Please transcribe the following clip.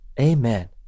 Amen